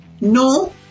No